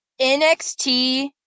NXT